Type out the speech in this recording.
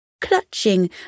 clutching